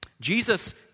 Jesus